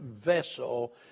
vessel